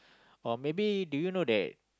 or maybe do you know that